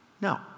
No